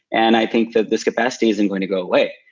and i think that this capacity isn't going to go away.